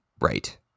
Right